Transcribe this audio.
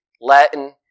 Latin